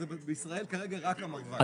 בישראל כרגע זה רק המרב"ד.